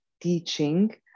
teaching